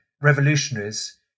revolutionaries